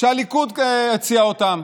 שהליכוד הציע אותן,